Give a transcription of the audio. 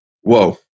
whoa